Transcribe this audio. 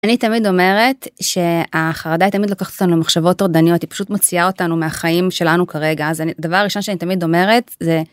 אני תמיד אומרת שהחרדה תמיד לוקחת אותנו למחשבות טורדניות היא פשוט מוציאה אותנו מהחיים שלנו כרגע זה הדבר הראשון שאני תמיד אומרת זה